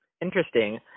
Interesting